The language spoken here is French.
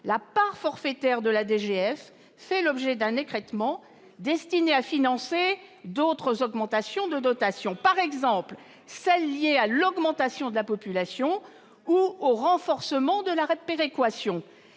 la part forfaitaire de la DGF fait l'objet d'un écrêtement destiné à financer d'autres augmentations de dotations, par exemple celles qui sont liées à une augmentation de population ou au renforcement de la péréquation.